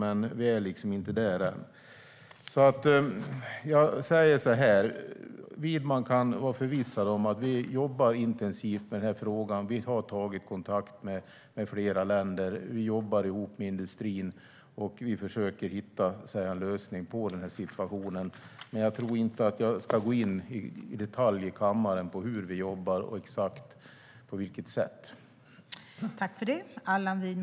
Men vi är inte där än.